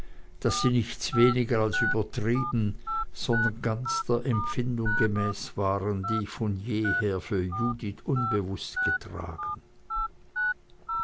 daß sie nichts weniger als übertrieben sondern ganz der empfindung gemäß waren die ich von jeher für judith unbewußt getragen